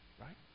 Right